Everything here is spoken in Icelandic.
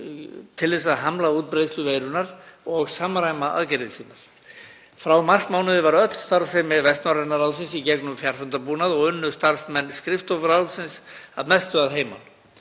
vinna saman gegn útbreiðslu veirunnar og samræma aðgerðir sínar. Frá marsmánuði var öll starfsemi Vestnorræna ráðsins í gegnum fjarfundabúnað og unnu starfsmenn skrifstofu ráðsins að mestu að heiman.